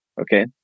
Okay